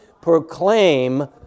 proclaim